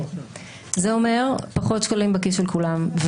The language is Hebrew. זה אומר פחות שקלים בכיס של כולם,